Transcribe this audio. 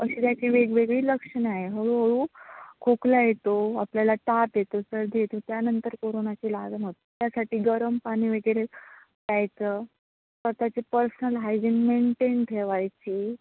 अशी त्याची वेगवेगळी लक्षण आहे हळूहळू खोकला येतो आपल्याला ताप येतो सर्दी येतो त्यानंतर कोरोनाची लागण होते त्यासाठी गरम पाणी वगैरे प्यायचं स्वतःचे पर्सनल हायजीन मेंटेन ठेवायचे